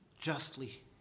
justly